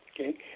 Okay